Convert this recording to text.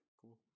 cool